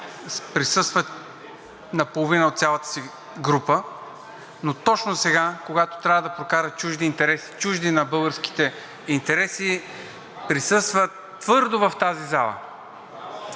присъстват наполовина от цялата си група, но точно сега, когато трябва да прокарат чужди интереси – чужди на българските интереси, присъстват твърдо в тази зала.